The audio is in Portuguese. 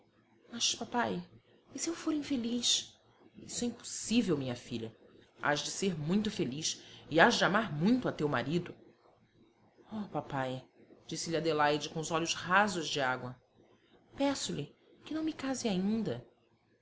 mas papai e se eu for infeliz isso é impossível minha filha hás de ser muito feliz e hás de amar muito a teu marido oh papai disse-lhe adelaide com os olhos rasos de água peço-lhe que não me case ainda